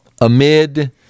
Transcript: amid